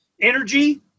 energy